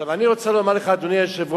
עכשיו, אני רוצה לומר לך, אדוני היושב-ראש,